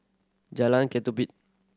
Jalan Ketumbit